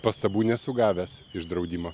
pastabų nesu gavęs iš draudimo